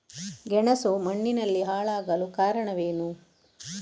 ಗೆಣಸು ಮಣ್ಣಿನಲ್ಲಿ ಹಾಳಾಗಲು ಕಾರಣವೇನು?